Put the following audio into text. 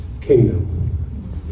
kingdom